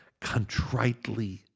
contritely